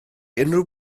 unrhyw